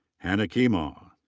hanna kemaw.